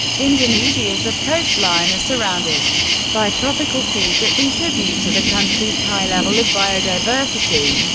indonesia's of coastline are surrounded by tropical seas that contribute to the country's high level of biodiversity.